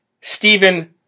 Stephen